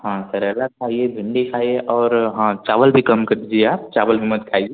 हाँ करेला खाइए भिंडी खाइए और हाँ चावल भी कम कर दीजिए आप चावल भी मत खाइए